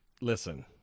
Listen